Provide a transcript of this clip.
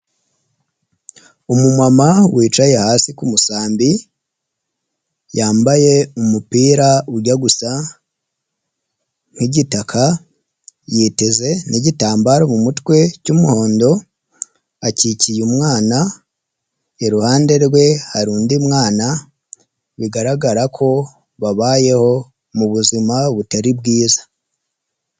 Umumama wicaye hasi ku musambi, yambaye umupira ujya gusa nk'igitaka yiteze n'igitambaro mu mutwe cy'umuhondo, akikiye umwana iruhande rwe hari undi mwana bigaragara ko babayeho mu buzima butari bwiza.